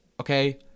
Okay